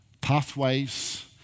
pathways